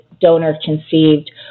donor-conceived